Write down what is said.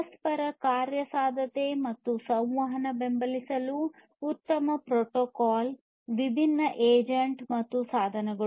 ಪರಸ್ಪರ ಕಾರ್ಯಸಾಧ್ಯತೆ ಮತ್ತು ಸಂವಹನವನ್ನು ಬೆಂಬಲಿಸುವ ಉತ್ತಮ ಪ್ರೋಟೋಕಾಲ್ ವಿಭಿನ್ನ ಏಜೆಂಟ್ ಮತ್ತು ಸಾಧನಗಳು